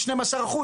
שנים עשר אחוז,